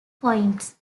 points